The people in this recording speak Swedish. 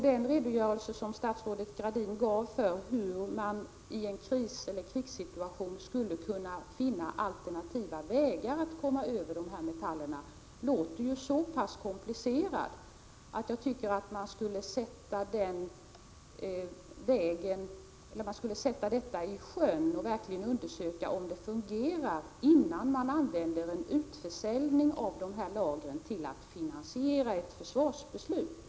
Den redogörelse som statsrådet Gradin gav för hur man i en kriseller krigssituation skulle kunna finna alternativa vägar att komma över dessa metaller låter så pass komplicerad att förslaget bör sättas i sjön för en undersökning av om det fungerar, innan en utförsäljning av dessa lager används till att finansiera ett försvarsbeslut.